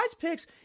picks